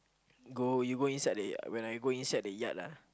go you go inside the when I go inside the yard lah